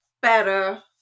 better